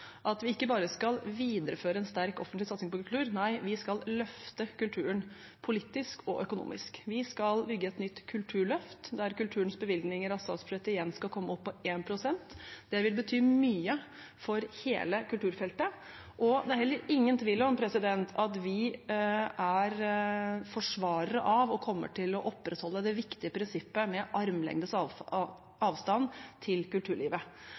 at vi ikke bare skal videreføre en sterk offentlig satsing på kultur – nei, vi skal løfte kulturen politisk og økonomisk. Vi skal bygge et nytt kulturløft der kulturens bevilgninger over statsbudsjettet igjen skal komme opp på 1 pst. Det vil bety mye for hele kulturfeltet. Det er heller ingen tvil om at vi er forsvarere av og kommer til å opprettholde det viktige prinsippet om armlengdes avstand til kulturlivet.